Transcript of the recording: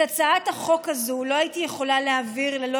את הצעת החוק הזו לא הייתי יכולה להעביר ללא